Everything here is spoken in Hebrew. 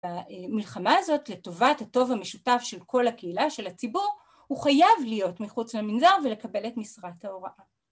במלחמה הזאת, לטובת הטוב המשותף של כל הקהילה, של הציבור, הוא חייב להיות מחוץ למנזר ולקבל את משרת ההוראה.